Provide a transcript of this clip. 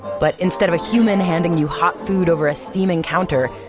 but instead of a human handing you hot food over a steaming counter,